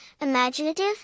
imaginative